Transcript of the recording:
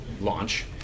launch